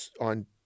on